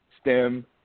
STEM